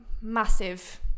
massive